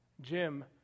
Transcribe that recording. Jim